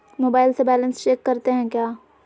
Mobile से balance check करते हैं क्या?